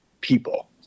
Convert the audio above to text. people